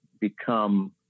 become